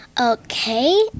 okay